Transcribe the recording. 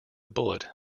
bullet